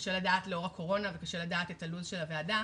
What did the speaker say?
קשה לדעת לאור הקורונה וקשה לדעת את לו"ז הוועדה,